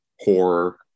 Horror